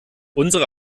unsere